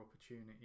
opportunity